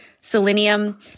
selenium